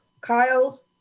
Kyle